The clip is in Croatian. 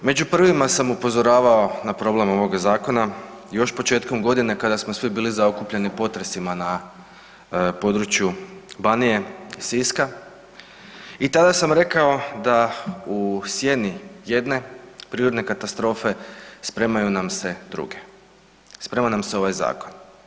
Među prvima sam upozoravao na problem ovoga zakona još početkom godine kada smo svi bili zaokupljeni potresima na području Banije i Siska i tada sam rekao da u sjeni jedne prirodne katastrofe spremaju nam se druge, sprema nam se ovaj zakon.